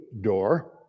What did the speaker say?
door